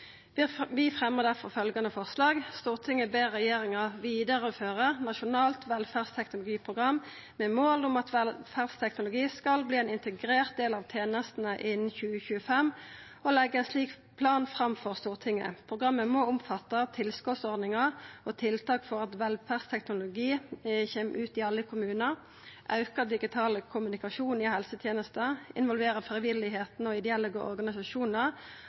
Vi fremjar difor følgjande forslag saman med Arbeidarpartiet og SV: «Stortinget ber regjeringa vidareføre Nasjonalt velferdsteknologiprogram med mål om at velferdsteknologi skal bli ein integrert del av helse- og omsorgstenestene innan 2025, og legge ein slik plan fram for Stortinget. Programmet må omfatte tilskotsordningar og tiltak for at velferdsteknologi kan rullast ut i alle kommunar, auka digital kommunikasjon mellom pasient og helseteneste, involvere frivilligheit og ideelle